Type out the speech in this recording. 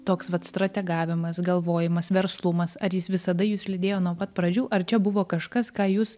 toks vat strategavimas galvojimas verslumas ar jis visada jus lydėjo nuo pat pradžių ar čia buvo kažkas ką jūs